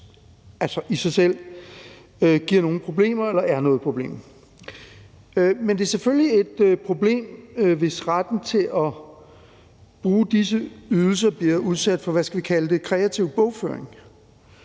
ikke i sig selv giver nogen problemer eller er noget problem. Men det er selvfølgelig et problem, hvis retten til at bruge disse ydelser bliver udsat for – hvad skal vi kalde det? – kreativ bogføring.